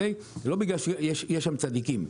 לא בגלל שיש שם צדיקים.